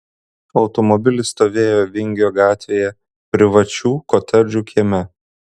automobilis stovėjo vingio gatvėje privačių kotedžų kieme